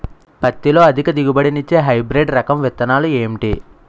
పత్తి లో అధిక దిగుబడి నిచ్చే హైబ్రిడ్ రకం విత్తనాలు ఏంటి